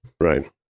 Right